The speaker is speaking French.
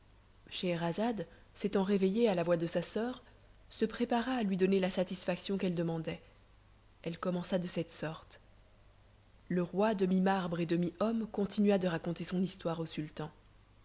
scheherazade s'étant réveillée à la voix de sa soeur se prépara à lui donner la satisfaction qu'elle demandait elle commença de cette sorte le roi demi marbre et demi homme continua de raconter son histoire au sultan